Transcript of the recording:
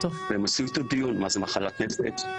והם עושים את הדיון מה זה מחלת נפש,